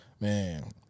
man